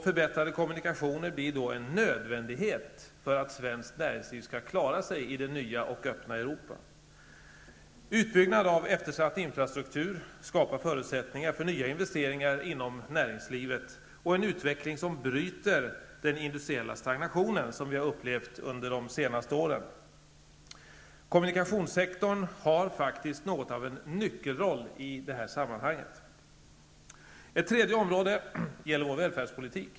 Förbättrade kommunikationer blir då en nödvändighet för att svenskt näringsliv skall klara sig i det nya och öppna Utbyggnad av eftersatt infrastruktur skapar förutsättningar för nya investeringar inom näringslivet och en utveckling som bryter den industriella stagnationen, som vi har upplevt under de senaste åren. Kommunikationssektorn har faktiskt något av en nyckelroll i detta sammanhang. Ett tredje område gäller vår välfärdspolitik.